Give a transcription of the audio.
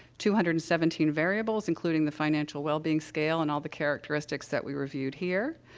two hundred and seventeen variables, including the financial wellbeing scale and all the characteristics that we reviewed here.